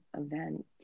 event